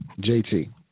JT